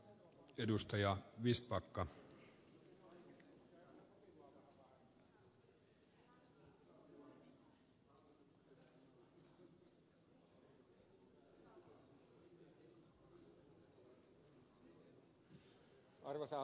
arvoisa herra puhemies